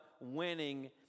winning